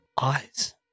Eyes